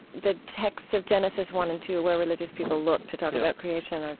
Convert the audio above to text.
the texts of genesis one and two where religious people look to talk about creation or,